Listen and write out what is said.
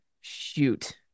Shoot